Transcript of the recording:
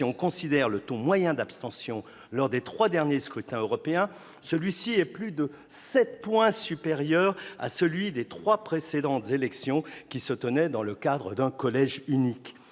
Ainsi, le taux moyen d'abstention lors des trois derniers scrutins européens est supérieur de plus de sept points à celui des trois précédentes élections qui se tenaient dans le cadre d'un collège unique.